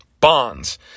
Bonds